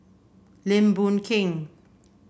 Lim Boon Keng